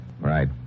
Right